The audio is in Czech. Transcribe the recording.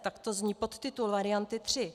Takto zní podtitul varianty tři.